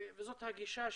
זאת הגישה שלי,